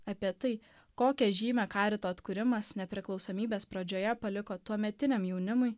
apie tai kokią žymę karito atkūrimas nepriklausomybės pradžioje paliko tuometiniam jaunimui